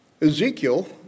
Ezekiel